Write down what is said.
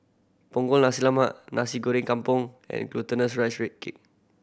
Punggol Nasi Lemak Nasi Goreng Kampung and glutinous rice cake